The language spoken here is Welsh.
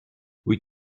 wyt